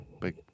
Big